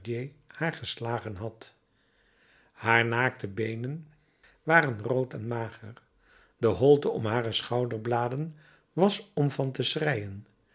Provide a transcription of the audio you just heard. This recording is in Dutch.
haar geslagen had haar naakte beenen waren rood en mager de holte om hare schouderbladen was om van te schreien